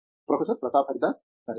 professor Pratap Haridas సరే